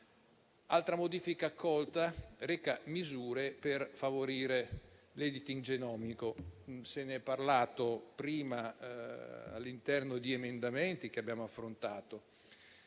Altra modifica accolta reca misure per favorire l'*editing* genomico (di cui si è parlato prima all'interno di emendamenti che abbiamo affrontato)